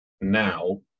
now